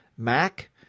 Mac